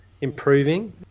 improving